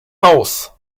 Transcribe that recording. haus